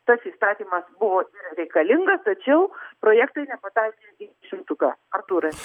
tas įstatymas buvo reikalingas tačiau projektai nepataikė į šimtuką artūrai